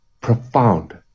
profound